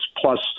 Plus